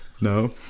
No